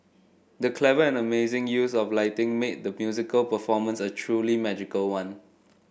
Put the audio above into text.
the clever and amazing use of lighting made the musical performance a truly magical one